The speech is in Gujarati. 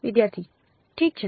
વિદ્યાર્થી ઠીક છે